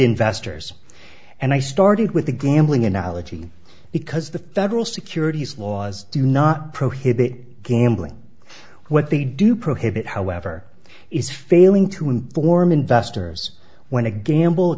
investors and i started with the gambling analogy because the federal securities laws do not prohibit gambling what they do prohibit however is failing to inform investors when a gamble a